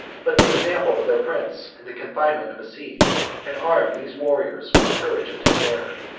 but the example of their prince, and the confinement of a siege, had armed these warriors with the courage of despair,